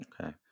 Okay